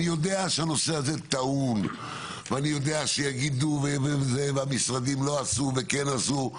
אני יודע שהנושא הזה טעון ואני יודע שיגידו והמשרדים לא עשו וכן עשו,